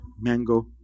Mango